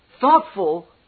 thoughtful